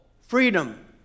Freedom